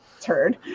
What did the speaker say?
Turd